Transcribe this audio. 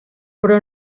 però